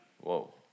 Whoa